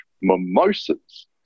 mimosas